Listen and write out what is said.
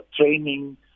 training